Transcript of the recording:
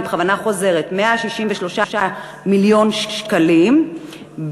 אני בכוונה חוזרת: 163 מיליון שקלים,